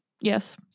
Yes